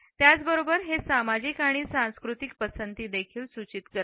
त्याचबरोबर हे सामाजिक आणि सांस्कृतिक पसंती देखील सूचित करते